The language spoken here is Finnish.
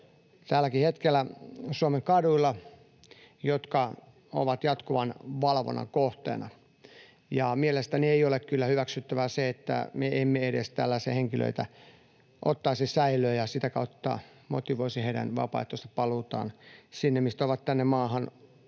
tälläkin hetkellä Suomen kaduilla, jotka ovat jatkuvan valvonnan kohteena. Mielestäni ei ole kyllä hyväksyttävää se, että me emme edes tällaisia henkilöitä ottaisi säilöön ja sitä kautta motivoisimme heidän vapaaehtoista paluutaan sinne, mistä ovat tänne maahan